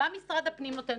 מה משרד הפנים נותן?